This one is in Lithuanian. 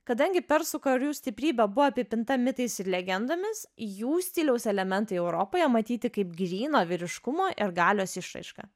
kadangi persų karių stiprybė buvo apipinta mitais ir legendomis jų stiliaus elementai europoje matyti kaip gryno vyriškumo ir galios išraiška